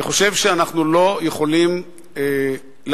אני חושב שאנחנו לא יכולים להמשיך